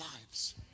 lives